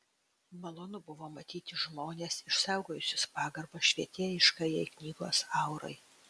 malonu buvo matyti žmones išsaugojusius pagarbą švietėjiškajai knygos aurai